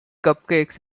cupcakes